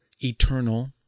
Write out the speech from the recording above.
eternal